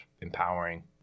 empowering